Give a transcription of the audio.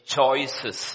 choices